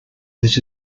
this